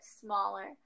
smaller